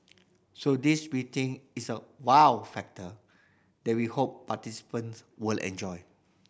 so this we think is a wow factor that we hope participants will enjoy